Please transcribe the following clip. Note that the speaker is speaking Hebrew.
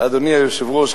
אדוני היושב-ראש,